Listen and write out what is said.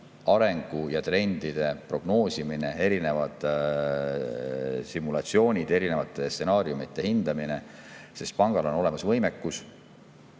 arengu ja trendide prognoosimisele, erinevate simulatsioonide ja stsenaariumite hindamisele, sest pangal on olemas võimekus,